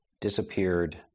disappeared